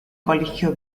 colegio